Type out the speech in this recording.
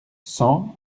cent